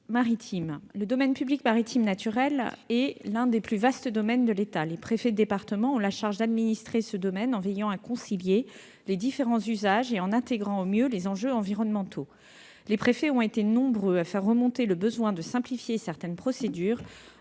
Le domaine public maritime naturel est l'un des plus vastes domaines de l'État. Les préfets de département ont la charge d'administrer ce domaine en veillant à concilier ses différents usages et en intégrant au mieux les enjeux environnementaux. Les préfets ont été nombreux à mettre en évidence le besoin de simplifier certaines procédures,